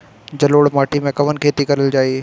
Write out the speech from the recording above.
जलोढ़ माटी में कवन खेती करल जाई?